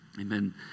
amen